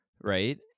right